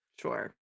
sure